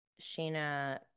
Sheena